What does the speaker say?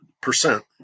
percent